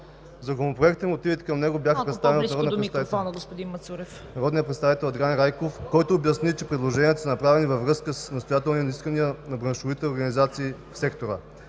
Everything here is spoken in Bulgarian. Законопроектът и мотивите към него бяха представени от народния представител Андриан Райков, който обясни, че предложенията са направени във връзка с настоятелните искания на браншовите организации в сектора.